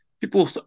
people